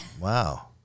wow